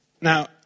Now